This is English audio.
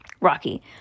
Rocky